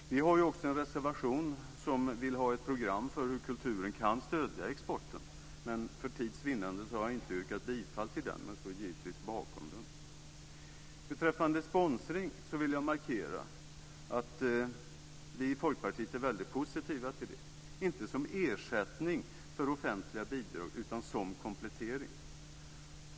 Vi har också en reservation där vi vill ha ett program för hur kulturen kan stödja exporten. För tids vinnande yrkar jag inte bifall till den, men jag står givetvis bakom den. Jag vill markera att vi i Folkpartiet är mycket positiva till sponsring, inte som ersättning för offentliga bidrag utan som komplettering.